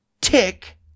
tick